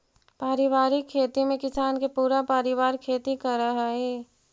पारिवारिक खेती में किसान के पूरा परिवार खेती करऽ हइ